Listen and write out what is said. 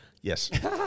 Yes